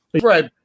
right